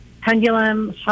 Pendulum